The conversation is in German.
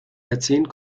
jahrzehnt